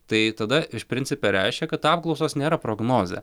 tai tada iš principe reiškia kad apklausos nėra prognozė